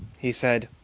he said.